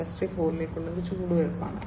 0 യിലേക്കുള്ള ഒരു ചുവടുവെപ്പാണ്